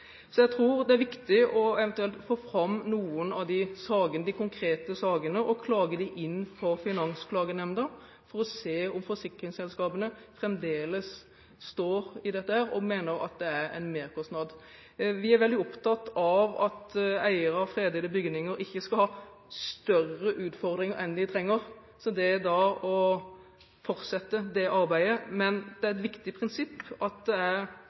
Så jeg tror det er viktig eventuelt å få fram noen av de konkrete sakene og klage dem inn for Finansklagenemnda for å se om forsikringsselskapene fremdeles står ved dette, og mener at det er en merkostnad. Vi er veldig opptatt av at eiere av fredede bygninger ikke skal ha større utfordringer enn de trenger – og fortsette det arbeidet – men det er et viktig prinsipp at det er